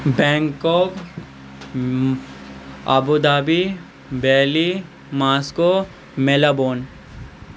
Bangkok Abu Dhabi Delhi Moscow Melbourne